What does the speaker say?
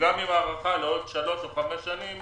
גם אם ההארכה היא לעוד שלוש או חמש שנים,